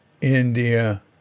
India